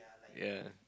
ya